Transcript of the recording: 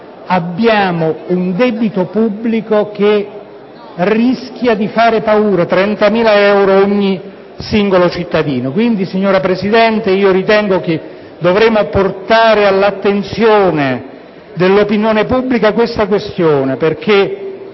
abbiamo un debito pubblico che rischia di fare paura (30.000 euro ogni singolo cittadino). Quindi, signora Presidente, ritengo che dovremmo portare all'attenzione dell'opinione pubblica tale questione, perché